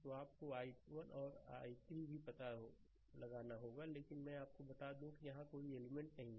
तो आपको i1 भी i3 का पता लगाना होगा लेकिन मैं आपको बता दूं कि यहां कोई एलिमेंट नहीं है